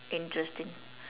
interesting